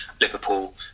Liverpool